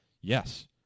Yes